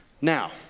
Now